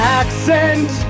accent